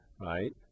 right